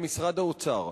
למשרד האוצר.